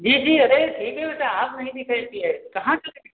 जी जी अरे ठीक है बेटा आप कैसी है कहाँ चले गए